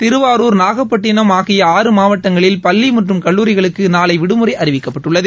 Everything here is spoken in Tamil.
திருவாரூர் நாகப்பட்டினம் ஆகிய ஆறு மாவட்டங்களில் பள்ளி மற்றும் கல்லூரிகளுக்கு நாளை விடுமுறை அறிவிக்கப்பட்டுள்ளது